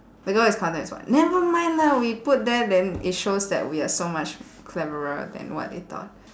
the girl is counted as what never mind lah we put there then it shows that we are so much cleverer than what they thought